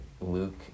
Luke